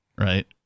Right